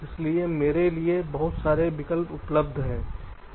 इसलिए मेरे लिए बहुत सारे विकल्प उपलब्ध हैं